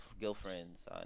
girlfriends